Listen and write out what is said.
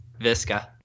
Visca